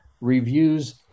reviews